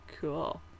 Cool